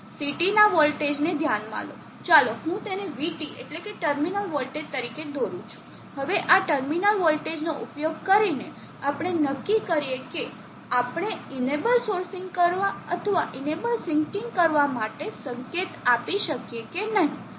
CT ના voltage ધ્યાનમાં લો ચાલો હું તેને VT એટલેકે ટર્મિનલ વોલ્ટેજ તરીકે દોરું છું હવે આ ટર્મિનલ વોલ્ટેજનો ઉપયોગ કરીને આપણે નક્કી કરીએ કે આપણે ઇનેબલ સોર્સિંગ કરવા અથવા ઇનેબલ સીન્કિંગ કરવા માટે સંકેત આપી શકીએ કે નહીં